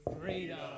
Freedom